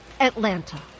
Atlanta